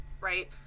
right